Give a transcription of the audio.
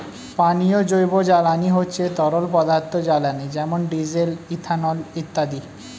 পানীয় জৈব জ্বালানি হচ্ছে তরল পদার্থ জ্বালানি যেমন ডিজেল, ইথানল ইত্যাদি